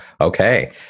Okay